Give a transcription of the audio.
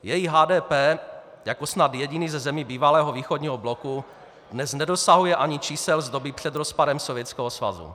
Její HDP jako snad jediný ze zemí bývalého východního bloku, dnes nedosahuje ani čísel z doby před rozpadem Sovětského svazu.